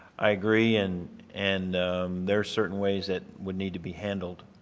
i agree and and there are certain ways that would need to be handled.